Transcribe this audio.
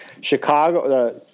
chicago